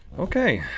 okay.